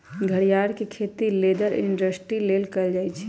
घरियार के खेती लेदर इंडस्ट्री लेल कएल जाइ छइ